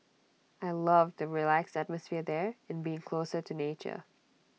I love the relaxed atmosphere there and being closer to nature